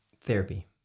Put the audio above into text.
therapy